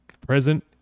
present